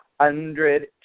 hundred